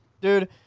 dude